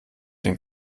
den